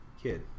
Kid